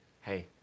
hey